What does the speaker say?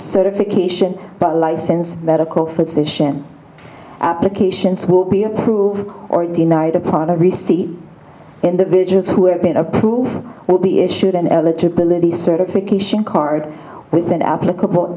certification by license medical physician applications will be approved or denied upon a receipt and the approved will be issued an eligibility certification card with an applicable